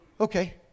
Okay